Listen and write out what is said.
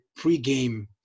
pregame